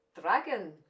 dragon